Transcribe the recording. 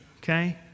Okay